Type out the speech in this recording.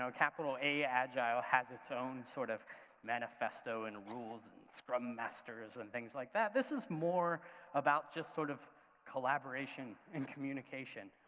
so capital a, agile has its own sort of manifesto and rules and scrum masters and things like that. this is more about just sort of collaboration and communication,